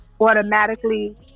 automatically